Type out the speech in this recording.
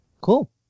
Cool